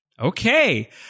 Okay